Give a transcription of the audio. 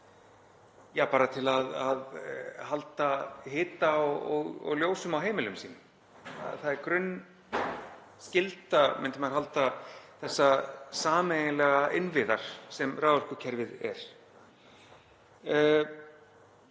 bara til að halda hita og ljósum á heimilum sínum. Það er grunnskylda, myndi maður halda, þessa sameiginlega innviðar sem raforkukerfið er.